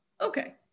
Okay